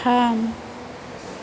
थाम